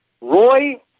Roy